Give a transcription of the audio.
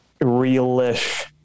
real-ish